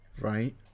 right